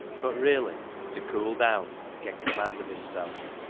but really to cool down and get command of him self.